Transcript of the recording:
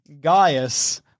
Gaius